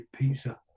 pizza